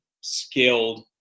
skilled